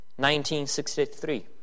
1963